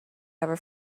ever